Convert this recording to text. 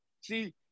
See